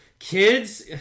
kids